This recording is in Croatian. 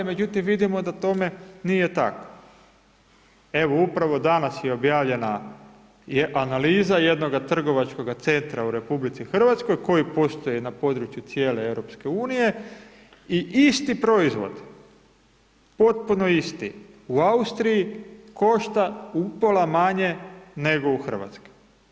Međutim vidimo da tome nije tako, evo upravo danas je objavljena analiza jednoga trgovačkoga centra u RH koji posluje na području cijele EU i isti proizvod potpuno isti u Austriji košta upola manje nego u Hrvatskoj.